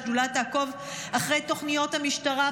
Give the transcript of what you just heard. השדולה תעקוב אחרי תוכניות המשטרה,